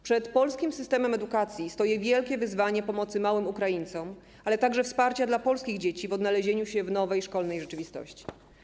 Przed polskim systemem edukacji stoi wielkie wyzwanie w zakresie pomocy małym Ukraińcom, ale także wsparcia dla polskich dzieci w odnalezieniu się w nowej szkolnej rzeczywistości.